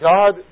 God